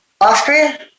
Austria